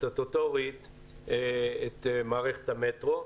סטטוטורית את מערכת המטרו,